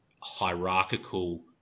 hierarchical